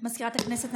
מזכירת הכנסת,